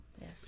yes